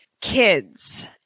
kids